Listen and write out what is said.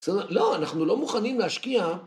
לא, אנחנו לא מוכנים להשקיע.